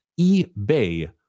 eBay